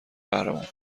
قهرمان